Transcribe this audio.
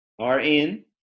RN